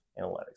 analytics